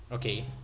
okay